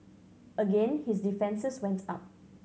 again his defences went up